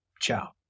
Ciao